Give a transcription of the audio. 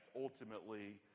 ultimately